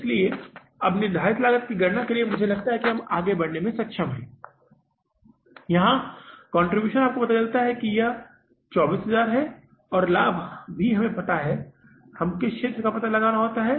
इसलिए अब निर्धारित लागत की गणना करने के लिए मुझे लगता है कि हम आगे बढ़ने में सक्षम हैं यहां कंट्रीब्यूशन आपको पता चला है कि यह 24000 है और लाभ भी हमें पता है हमें किस क्षेत्र का पता लगाना है